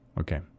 Okay